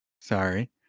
Sorry